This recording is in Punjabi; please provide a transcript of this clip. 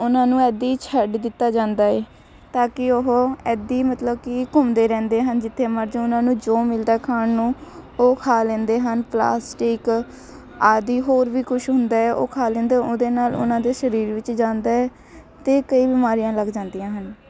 ਉਹਨਾਂ ਨੂੰ ਇੱਦੀ ਛੱਡ ਦਿੱਤਾ ਜਾਂਦਾ ਹੈ ਤਾਂ ਕਿ ਉਹ ਇੱਦੀ ਮਤਲਬ ਕਿ ਘੁੰਮਦੇ ਰਹਿੰਦੇ ਹਨ ਜਿੱਥੇ ਮਰਜ਼ੀ ਉਹਨਾਂ ਨੂੰ ਜੋ ਮਿਲਦਾ ਖਾਣ ਨੂੰ ਉਹ ਖਾ ਲੈਂਦੇ ਹਨ ਪਲਾਸਟਿਕ ਆਦਿ ਹੋਰ ਵੀ ਕੁਛ ਹੁੰਦਾ ਹੈ ਉਹ ਖਾ ਲੈਂਦੇ ਉਹਦੇ ਨਾਲ ਉਹਨਾਂ ਦੇ ਸਰੀਰ ਵਿੱਚ ਜਾਂਦਾ ਅਤੇ ਕਈ ਬਿਮਾਰੀਆਂ ਲੱਗ ਜਾਂਦੀਆਂ ਹਨ